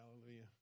hallelujah